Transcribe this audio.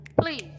Please